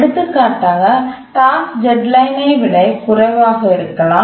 எடுத்துக்காட்டாக task deadline ஐ விட குறைவாக இருக்கலாம்